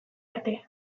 arte